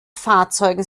fahrzeugen